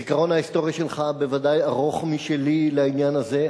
הזיכרון ההיסטורי שלך בוודאי ארוך משלי לעניין הזה,